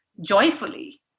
joyfully